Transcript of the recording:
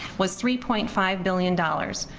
was three point five billion dollars,